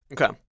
okay